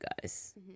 guys